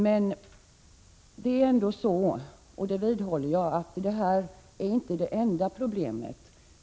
Men jag vidhåller att detta inte är det enda problemet.